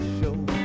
show